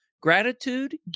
gratitude